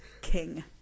king